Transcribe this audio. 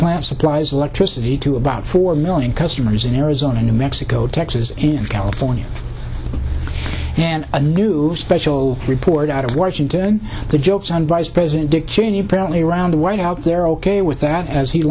plant supplies electricity to about four million customers in arizona new mexico texas and california and a new special report out of washington the joke's on vice president dick cheney apparently around the white out there ok with that as he